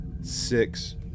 six